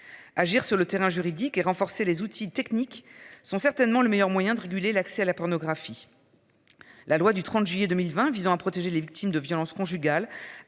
Agir sur le terrain juridique et renforcer les outils techniques sont certainement le meilleur moyen de réguler l'accès à la pornographie. La loi du 30 juillet 2020 visant à protéger les victimes de violences conjugales